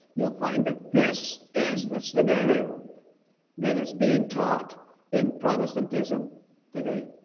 you'll find that this is the scenario that is being taught in protestantism today.